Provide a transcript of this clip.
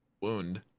wound